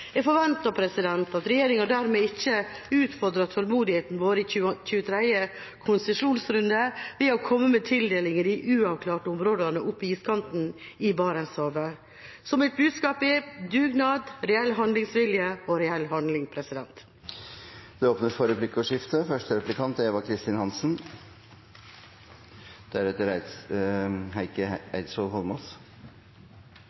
Jeg forventer at regjeringa dermed ikke utfordrer tålmodigheten vår i 23. konsesjonsrunde ved å komme med tildeling i de uavklarte områdene opp mot iskanten i Barentshavet. Mitt budskap er dugnad, reell handlingsvilje og reell handling. Det blir replikkordskifte. Først har jeg lyst til å takke representanten Andersen Eide for et veldig godt innlegg. Jeg er